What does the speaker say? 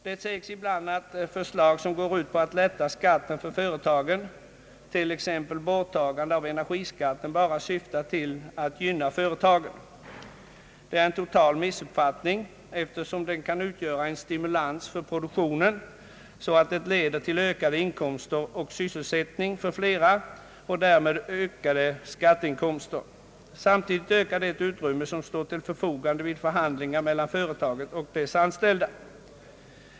Det sägs ibland att förslag som går ut på att lätta skatten för företagen, t.ex. borttagande av energiskatten, bara syftar till att gynna företagen. Det är en total missuppfattning, eftersom de kan utgöra en stimulans för produktionen som leder till ökade inkomster och sysselsättning för flera och därmed ökade skatteinkomster. Samtidigt ökar det utrymme som står till förfogande vid förhandlingar mellan företaget och dess anställda.